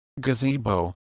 gazebo